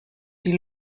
die